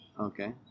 Okay